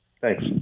Thanks